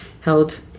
held